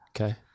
Okay